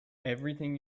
everything